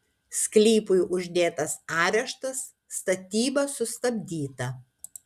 sklypui uždėtas areštas statyba sustabdyta